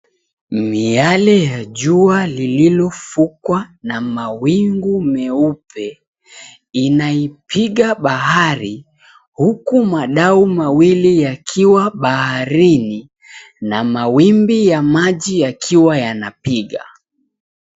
Miale ya jua lilofukwa na mawingu meupe, inaipiga bahari huku madau mawili yakiwa baharini na mawimbi ya maji yakiwa yanapiga.